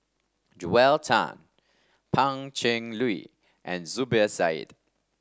Joel Tan Pan Cheng Lui and Zubir Said